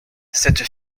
cette